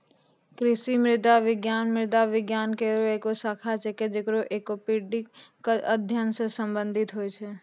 कृषि मृदा विज्ञान मृदा विज्ञान केरो एक शाखा छिकै, जे एडेफिक क अध्ययन सें संबंधित होय छै